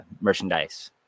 merchandise